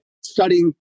studying